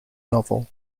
novel